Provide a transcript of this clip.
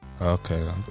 Okay